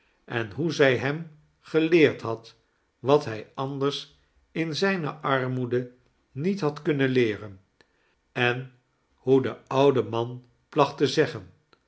en hoe zij hem geleerd had wat hij anders in zijne armoede niet had kunnen leeren en hoe de oude man placht te zeggen